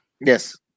Yes